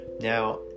Now